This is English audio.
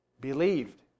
believed